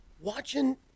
watching